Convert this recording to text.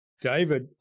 David